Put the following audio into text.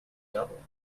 double